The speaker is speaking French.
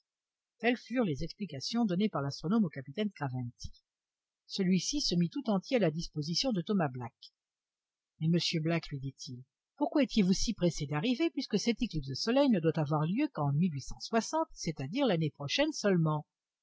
telles furent les explications données par l'astronome au capitaine craventy celui-ci se mit tout entier à la disposition de thomas black mais monsieur black lui dit-il pourquoi étiez-vous si pressé d'arriver puisque cette éclipse de soleil ne doit avoir lieu qu'en c'est-à-dire l'année prochaine seulement